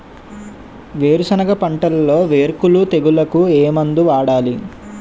వేరుసెనగ పంటలో వేరుకుళ్ళు తెగులుకు ఏ మందు వాడాలి?